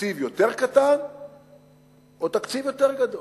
תקציב יותר קטן או תקציב יותר גדול?